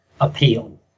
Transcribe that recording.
appeal